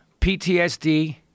PTSD